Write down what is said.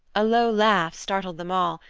a low laugh startled them all,